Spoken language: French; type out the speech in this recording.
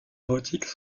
érotiques